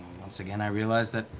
once again i realized that,